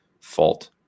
fault